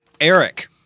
Eric